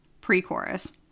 Pre-chorus